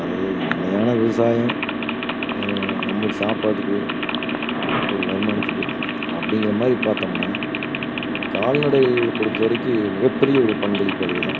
அதாவது நிலையான விவசாயம் நம்மளுக்கு சாப்பாட்டுக்கு ஒரு வருமானத்துக்கு அப்படிங்கிற மாதிரி பார்த்தோம்ன்னா கால்நடைகள் பொறுத்தவரைக்கு மிகப்பெரிய ஒரு பங்களிப்பு அதுக்குதான்